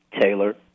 Taylor